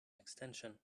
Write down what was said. extension